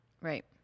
Right